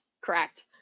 Correct